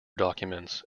documents